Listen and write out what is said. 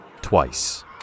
Twice